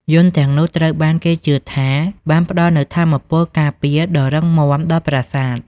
យន្តទាំងនោះត្រូវបានគេជឿថាបានផ្តល់នូវថាមពលការពារដ៏រឹងមាំដល់ប្រាសាទ។